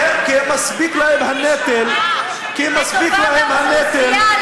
כי מספיק להם הנטל לטובת האוכלוסייה,